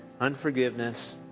unforgiveness